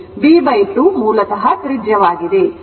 ಆದ್ದರಿಂದ b 2 ಮೂಲತಃ ತ್ರಿಜ್ಯವಾಗಿದೆ